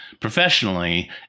professionally